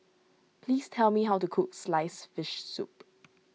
please tell me how to cook Sliced Fish Soup